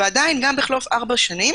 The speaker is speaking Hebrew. ועדיין גם בחלוף ארבע שנים